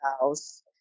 house